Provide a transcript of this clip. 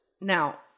Now